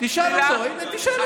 תשאל אותו, הינה, תשאל אותו.